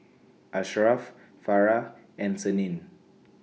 Asharaff Farah and Senin